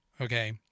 okay